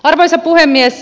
arvoisa puhemies